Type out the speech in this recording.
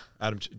Adam